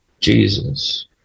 Jesus